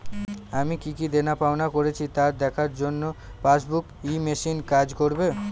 আমি কি কি দেনাপাওনা করেছি তা দেখার জন্য পাসবুক ই মেশিন কাজ করবে?